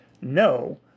No